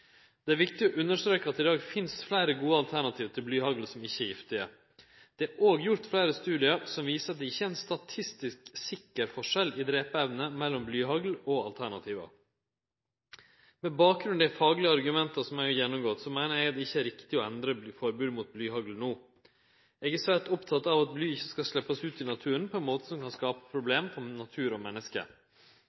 Det er viktig å understreke at det i dag finst fleire gode alternativ til blyhagl som ikkje er giftige. Det er òg gjort fleire studiar som viser at det ikkje er ein statistisk sikker forskjell i drepeevne mellom blyhagl og alternativa. Med bakgrunn i dei faglege argumenta som eg har gjennomgått, meiner eg at det ikkje er riktig å endre på forbodet mot blyhagl no. Eg er svært opptatt av at bly ikkje skal sleppast ut i naturen på ein måte som kan skape problem for natur og menneske.